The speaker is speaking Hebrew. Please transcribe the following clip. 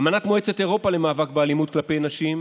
אמנת מועצת אירופה למאבק באלימות כלפי נשים